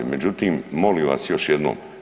Međutim, molim vas još jednom.